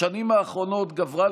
בשנים האחרונות גברה,